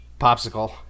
popsicle